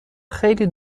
خیلی